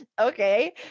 okay